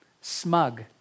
smug